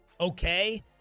Okay